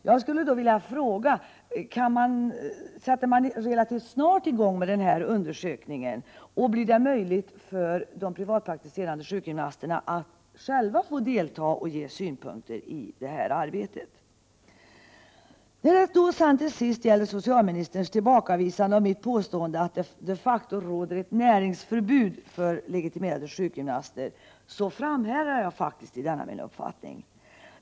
Jag skulle dock vilja fråga: Kommer man relativt snart att sätta i gång denna utredning, och blir det möjligt för de privatpraktiserande sjukgymnasterna att själva få delta i och ge synpunkter på detta arbete? När det till sist gäller socialministerns tillbakavisande av mitt påstående att det de facto råder ett näringsförbud för legitimerade sjukgymnaster framhärdar jag faktiskt i min uppfattning.